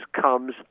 comes